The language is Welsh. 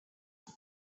beth